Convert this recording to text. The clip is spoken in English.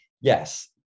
yes